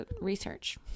Research